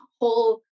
whole